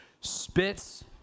spits